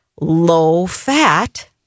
low-fat